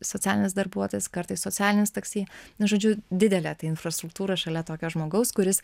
socialinis darbuotojas kartais socialinis taksi nu žodžiu didelė ta infrastruktūra šalia tokio žmogaus kuris